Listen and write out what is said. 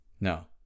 No